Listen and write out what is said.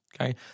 okay